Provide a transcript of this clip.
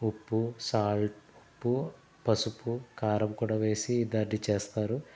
ఉప్పు సాల్ట్ ఉప్పు పసుపు కారం కూడా వేసి దాన్ని చేస్తారు